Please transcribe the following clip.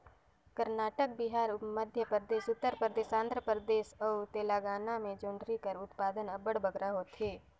करनाटक, बिहार, मध्यपरदेस, उत्तर परदेस, आंध्र परदेस अउ तेलंगाना में जोंढरी कर उत्पादन अब्बड़ बगरा होथे